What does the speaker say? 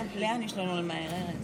לאן יש לנו למהר, ארז?